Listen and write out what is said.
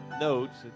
notes